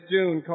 June